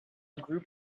group